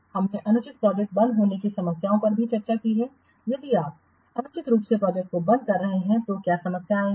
हमने अनुचित प्रोजेक्ट बंद होने की समस्याओं पर भी चर्चा की है यदि आप अनुचित रूप से प्रोजेक्ट को बंद करते हैं तो क्या समस्याएं आएंगी